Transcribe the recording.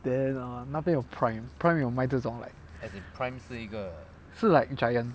then err 那边有 Prime Prime 有卖这种 like 是 like Giant